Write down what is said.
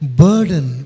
burden